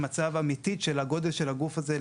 מצב אמיתית של גודל הגוף הזה.